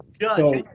Judge